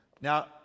now